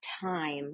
time